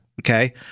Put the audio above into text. okay